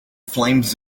flames